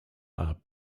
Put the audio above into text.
are